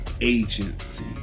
agency